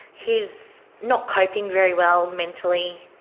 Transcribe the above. he is not coping very well mentally,